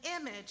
image